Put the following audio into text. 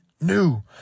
new